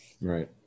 Right